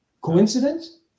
Coincidence